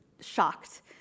shocked